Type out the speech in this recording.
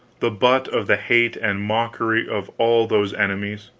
the butt of the hate and mockery of all those enemies.